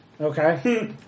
okay